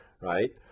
right